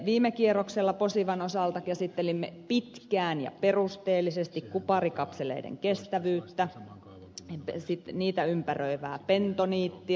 viime kierroksella posivan osalta käsittelimme pitkään ja perusteellisesti kuparikapseleiden kestävyyttä niitä ympäröivää bentoniittia